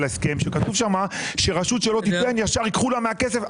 כי כתוב שם שרשות שלא תיתן ייקחו לה מיד מהכסף.